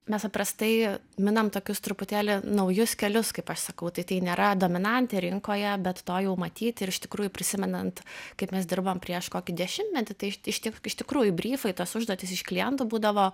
mes paprastai minam tokius truputėlį naujus kelius kaip aš sakau tai tai nėra dominantė rinkoje bet to jau matyt ir iš tikrųjų prisimenant kaip mes dirbom prieš kokį dešimtmetį tai iš iš tikrųjų bryfai tos užduotys iš klientų būdavo